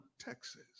Texas